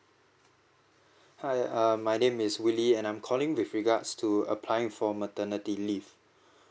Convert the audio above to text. hi err my name is willy and I'm calling with regards to applying for maternity leave